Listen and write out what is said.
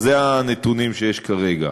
אלה הנתונים שיש כרגע.